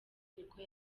niko